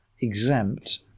exempt